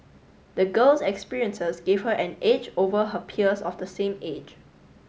the girl's experiences gave her an edge over her peers of the same age